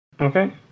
Okay